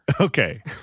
Okay